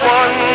one